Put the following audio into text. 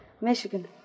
Michigan